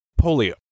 polio